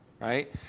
right